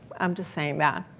i'm just saying that